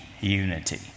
unity